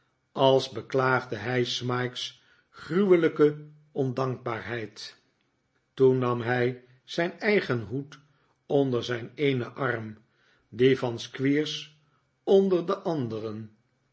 als beklaagde hij smike's gruwelijke ondankbaarheid toen nam hij zijn eigen hoed onder zijn eenen arm dien van squeers onder den anderen